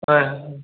ஆ